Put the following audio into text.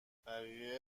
بقیه